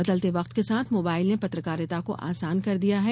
बदलते वक्त के साथ मोबाइल ने पत्रकारिता को आसान कर दिया है